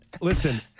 Listen